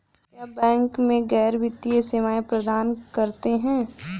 क्या बैंक गैर वित्तीय सेवाएं प्रदान करते हैं?